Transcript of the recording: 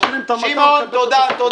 עוקרים את המטע, הוא מקבל את התוספת.